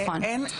נכון.